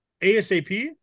ASAP